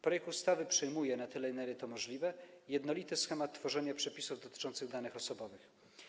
Projekt ustawy przyjmuje - na tyle, na ile to możliwe - jednolity schemat tworzenia przepisów dotyczących danych osobowych.